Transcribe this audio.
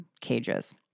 cages